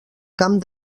camp